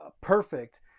Perfect